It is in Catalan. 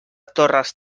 torres